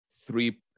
three